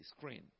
screen